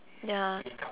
ya